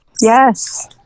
yes